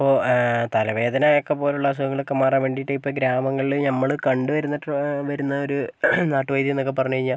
ഇപ്പോൾ തലവേദനയൊക്കെ പോലുള്ള അസുഖങ്ങളൊക്കെ മാറാൻ വേണ്ടിട്ട് ഇപ്പം ഗ്രാമങ്ങളിൽ ഞമ്മള് കണ്ട് വരുന്ന വരുന്ന ഒരു നാട്ടു വൈദ്യം എന്നൊക്കെ പറഞ്ഞു കഴിഞ്ഞാൽ